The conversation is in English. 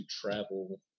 travel